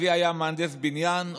אבי היה מהנדס בניין,